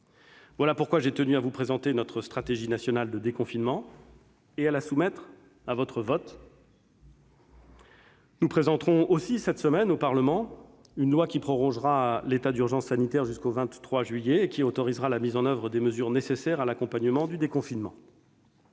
Voilà pourquoi j'ai tenu à vous présenter notre stratégie nationale de déconfinement et à la soumettre à votre vote. Nous présenterons aussi cette semaine au Parlement une loi qui vise à proroger l'état d'urgence sanitaire jusqu'au 23 juillet prochain et qui tend à autoriser la mise en oeuvre des mesures nécessaires à l'accompagnement du déconfinement.